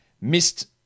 missed